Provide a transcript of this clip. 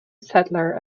settler